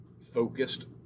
focused